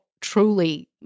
truly